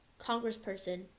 congressperson